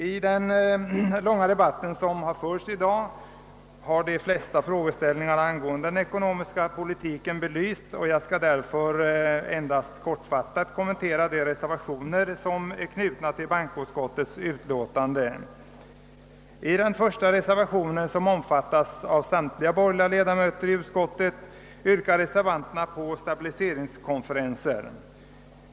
I den långa debatt som förts i dag har de flesta frågeställningar som berör den ekonomiska politiken belysts, och jag skall därför endast kortfattat kommentera de reservationer som är knutna till bankoutskottets utlåtande nr 38. I reservationen 1, bakom vilken står samtliga borgerliga ledamöter i utskottet, yrkar reservanterna på stabiliseringskonferenser.